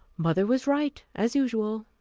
mother was right, as usual.